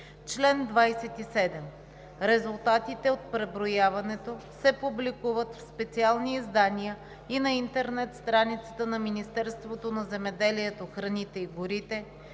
„Чл. 27. Резултатите от преброяването се публикуват в специални издания и на интернет страницата на Министерството на земеделието, храните и горите,